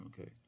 Okay